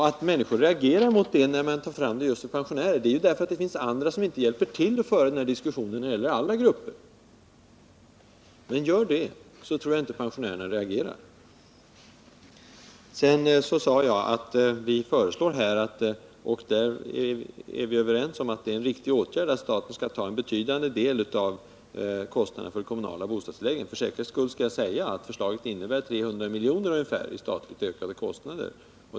Att människor reagerar mot det, när man tar fram just pensionärer, beror ju på att det finns andra som inte hjälper till att föra diskussionen när det gäller alla grupper. Gör det, så tror jag inte att pensionärerna reagerar. Sedan sade jag att vi föreslår — och vi är överens om att det är en riktig åtgärd — att staten skall ta en betydande del av kostnaderna för de kommunala bostadstilläggen. För säkerhets skull skall jag säga att förslaget innebär ungefär 300 miljoner i ökade statliga kostnader.